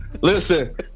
Listen